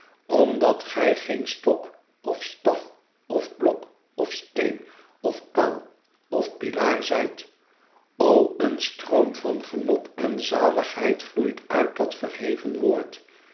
omdat gij geen stok of staf of blok of steen of paal of pilaar zijt o een stroom van genot en zaligheid vloeit uit dat verheven woord